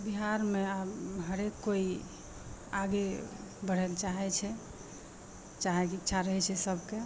बिहारमे हरेक कोइ आगे बढ़ैलए चाहै छै चाहैके इच्छा रहै छै सभकेँ तऽ